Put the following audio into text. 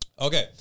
Okay